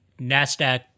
NASDAQ